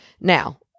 Now